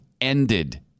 ended